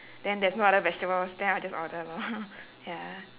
then there's no other vegetables then I'll just order lor ya